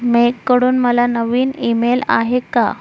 मेघकडून मला नवीन ईमेल आहे का